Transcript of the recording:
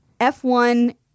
F1